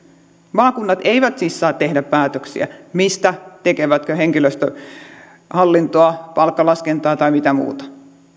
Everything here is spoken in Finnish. maakunnat eivät siis saa tehdä päätöksiä mistä tekevätkö henkilöstöhallintoa palkkalaskentaa tai mitä muuta